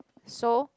so